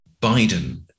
Biden